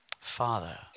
Father